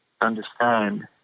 understand